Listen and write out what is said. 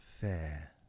fair